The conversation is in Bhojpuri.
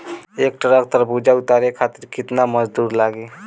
एक ट्रक तरबूजा उतारे खातीर कितना मजदुर लागी?